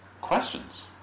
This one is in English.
questions